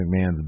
McMahon's